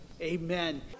Amen